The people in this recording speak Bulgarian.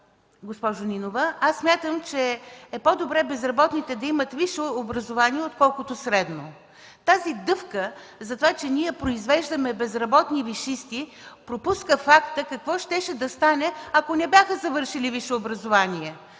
госпожо Нинова, аз смятам, че е по-добре безработните да имат висше образование, отколкото средно. Тази дъвка за това, че ние произвеждаме безработни висшисти, пропуска факта какво щеше да стане, ако не бяха завършили висше образование.